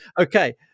okay